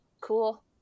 cool